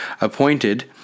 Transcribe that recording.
Appointed